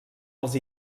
els